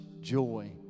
joy